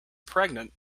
pregnant